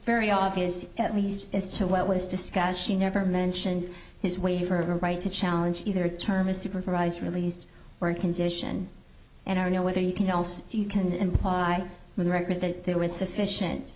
very obvious at least as to what was discussed she never mentioned his way her right to challenge either term a supervised released or a condition and i don't know whether you can else he can imply with a record that there was sufficient